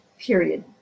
period